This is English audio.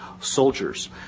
soldiers